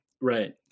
Right